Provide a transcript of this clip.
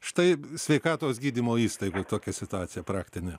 štai sveikatos gydymo įstaigoj tokia situacija praktinė